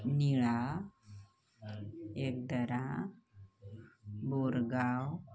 निळा एकदरा बोरगाव